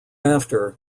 after